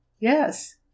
Yes